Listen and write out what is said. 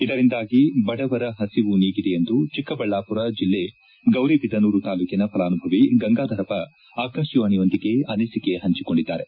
ಇದರಿಂದಾಗಿ ಬಡವರ ಪಸಿವು ನೀಗಿದೆ ಎಂದು ಚಿಕ್ಕಬಳ್ಳಾಮರ ಜಿಲ್ಲೆ ಗೌರಿಬಿದನೂರು ತಾಲ್ಲೂಕಿನ ಫಲಾನುಭವಿ ಗಂಗಾದರಪ್ಪ ಆಕಾಶವಾಣಿಯೊಂದಿಗೆ ಅನಿಸಿಕೆ ಪಂಚಿಕೊಂಡಿದ್ದಾರೆ